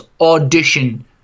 audition